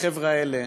החבר'ה האלה,